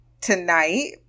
tonight